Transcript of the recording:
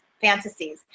fantasies